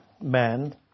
men